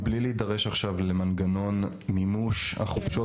מבלי להידרש עכשיו למנגנון מימוש החופשות